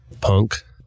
Punk